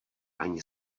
ani